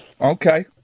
Okay